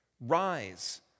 Rise